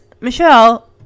Michelle